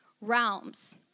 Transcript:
realms